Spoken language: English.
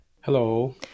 Hello